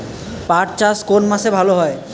পাট চাষ কোন মাসে ভালো হয়?